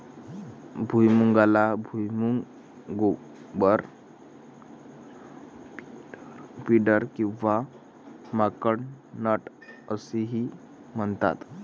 भुईमुगाला भुईमूग, गोबर, पिंडर किंवा माकड नट असेही म्हणतात